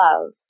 love